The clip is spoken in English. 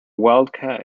wildcat